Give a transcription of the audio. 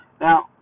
Now